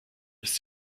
ist